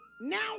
now